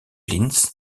linz